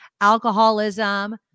alcoholism